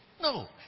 No